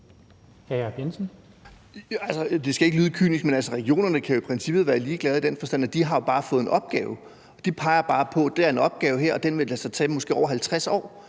Det skal ikke lyde kynisk, men regionerne kan jo i princippet være ligeglade i den forstand, at de bare har fået en opgave. De peger bare på, at her er der en opgave, og den vil det så måske tage over 50 år,